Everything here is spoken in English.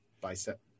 bicep